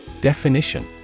Definition